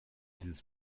dieses